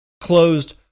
closed